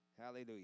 Hallelujah